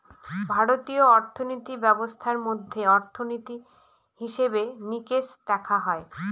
ভারতীয় অর্থিনীতি ব্যবস্থার মধ্যে অর্থনীতি, হিসেবে নিকেশ দেখা হয়